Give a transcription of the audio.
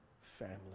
family